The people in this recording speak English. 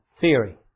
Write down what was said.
theory